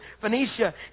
Phoenicia